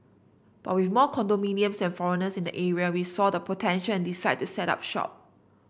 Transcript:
but with more condominiums and foreigners in the area we saw the potential and decide to set up shop